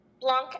Blanc